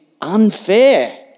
unfair